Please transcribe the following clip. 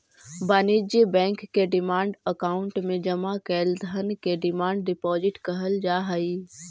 वाणिज्य बैंक के demand account में जमा कैल धन के डिमांड डिपॉजिट कहल जा हई